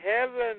heaven